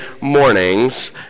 mornings